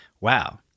wow